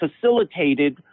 facilitated